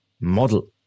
model